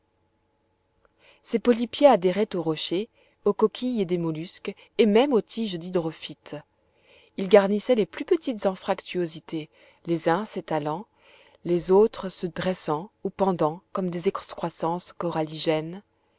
ces polypiers adhéraient aux rochers aux coquilles des mollusques et même aux tiges d'hydrophytes ils garnissaient les plus petites anfractuosités les uns s'étalant les autres se dressant ou pendant comme des excroissances